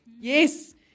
Yes